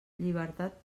llibertat